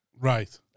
right